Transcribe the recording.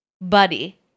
buddy